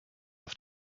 auf